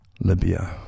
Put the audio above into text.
Libya